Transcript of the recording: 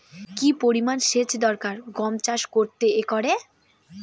কি পরিমান সেচ দরকার গম চাষ করতে একরে?